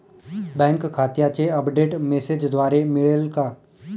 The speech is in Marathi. बँक खात्याचे अपडेट मेसेजद्वारे मिळेल का?